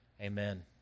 Amen